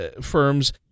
firms